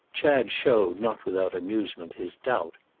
chad showed, not without amusement, his doubt.